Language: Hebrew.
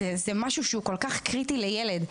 זה משהו שהוא כל כך קריטי לילד.